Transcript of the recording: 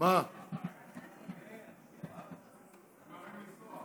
אלכס קושניר (יו"ר ועדת הכספים):